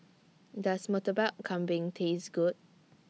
Does Murtabak Kambing Taste Good